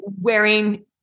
wearing